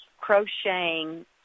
crocheting